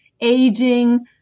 aging